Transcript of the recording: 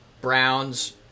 Browns